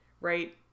right